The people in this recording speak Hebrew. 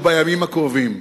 ובימים הקרובים.